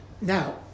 Now